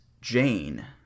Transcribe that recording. Jane